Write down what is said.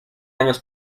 años